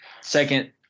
Second